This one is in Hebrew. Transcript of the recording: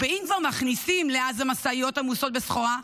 ואם כבר מכניסים לעזה משאיות עמוסות בסחורה,